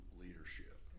leadership